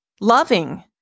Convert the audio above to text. Loving